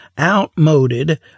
outmoded